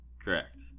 Correct